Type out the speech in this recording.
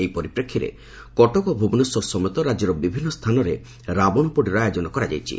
ଏହି ପରିପ୍ରେକ୍ଷୀରେ କଟକ ଓ ଭୁବନେଶ୍ୱର ସମେତ ରାକ୍ୟର ବିଭିନ୍ନ ସ୍ଥାନରେ ରାବଶପୋଡ଼ିର ଆୟୋଜନ କରାଯାଇଛି